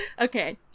Okay